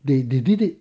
they they did it